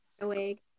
awake